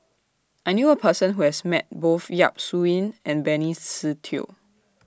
I knew A Person Who has Met Both Yap Su Yin and Benny Se Teo